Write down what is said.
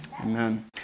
Amen